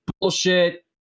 bullshit